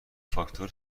فاکتور